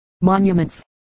monuments